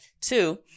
Two